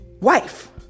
Wife